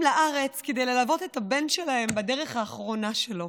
לארץ כדי ללוות את הבן שלהם בדרך האחרונה שלו.